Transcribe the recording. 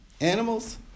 animals